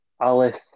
Alice